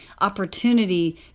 opportunity